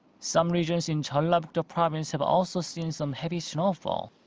some regions in jeollabuk-do province have also seen some heavy snowfall.